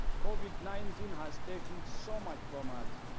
covid nineteen has taken so much from us,